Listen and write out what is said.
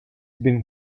been